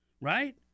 right